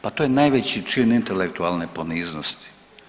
Pa to je najveći čin intelektualne poniznosti.